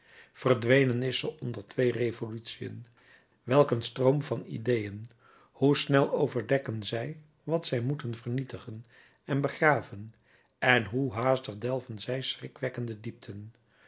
verdwenen is ze onder twee revolutiën welk een stroom van ideeën hoe snel overdekken zij wat zij moeten vernietigen en begraven en hoe haastig delven zij schrikwekkende diepten